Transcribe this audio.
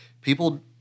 People